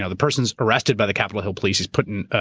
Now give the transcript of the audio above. ah the person's arrested by the capitol hill police. he's put in